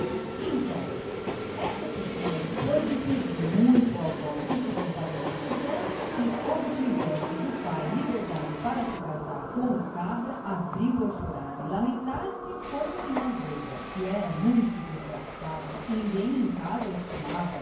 então é que a pequena depois de pedir muito à avó que se compadecesse dela e obtivesse do pai liberdade para se casar com o cabra abriu a chorar e a lamentar-se como uma varrida e que era muito desgraçada que ninguém em casa a estimava